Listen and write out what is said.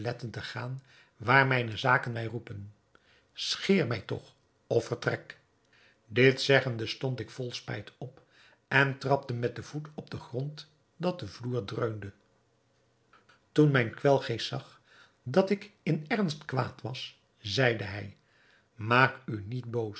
te gaan waar mijne zaken mij roepen scheer mij toch of vertrek dit zeggende stond ik vol spijt op en trapte met den voet op den grond dat de vloer dreunde toen mijn kwelgeest zag dat ik in ernst kwaad was zeide hij maak u niet boos